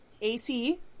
AC